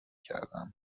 کردندمن